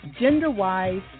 gender-wise